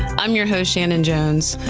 i'm your host, shannon jones.